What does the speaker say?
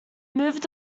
moved